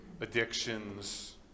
addictions